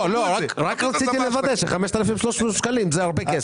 בסוף רק רציתי להבין האם 5,300 שקלים לשנה למשפחה זה מעט או הרבה.